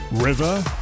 River